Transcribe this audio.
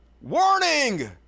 warning